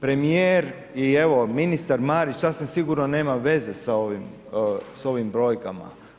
Premijer i evo, ministar Marić sasvim sigurno nema veze s ovim, s ovim brojkama.